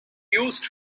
used